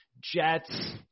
Jets –